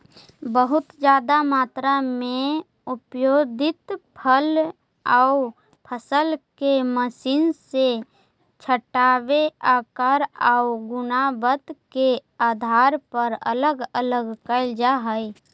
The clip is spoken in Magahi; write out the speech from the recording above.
बहुत ज्यादा मात्रा में उत्पादित फल आउ फसल के मशीन से छाँटके आकार आउ गुणवत्ता के आधार पर अलग अलग कैल जा हई